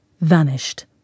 vanished